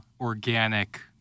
organic